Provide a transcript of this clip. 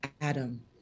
Adam